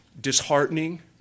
disheartening